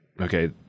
Okay